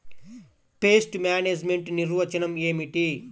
Pest management నిర్వచనం ఏమిటి?